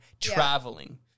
traveling